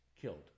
killed